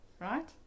Right